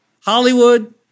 Hollywood